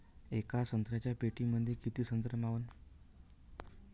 येका संत्र्याच्या पेटीमंदी किती संत्र मावन?